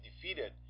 defeated